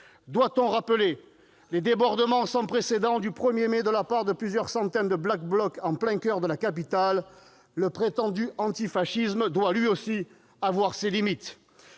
Doit-on rappeler les débordements sans précédent, le 1 mai, de la part de plusieurs centaines de Black Blocks en plein coeur de la capitale ? Le prétendu antifascisme doit, lui aussi, avoir ses limites.